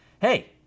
Hey